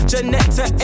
Janetta